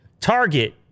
Target